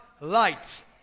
light